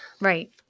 Right